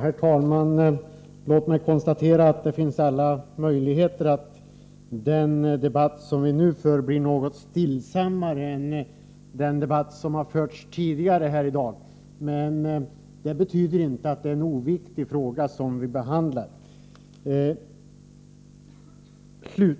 Herr talman! Låt mig konstatera att det finns alla möjligheter att den debatt som vi nu för blir något stillsammare än den debatt som har förts 149 tidigare här i dag, men det betyder inte att det är en oviktig fråga som vi nu behandlar.